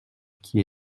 qui